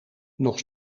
nog